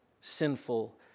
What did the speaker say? sinful